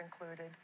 included